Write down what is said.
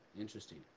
interesting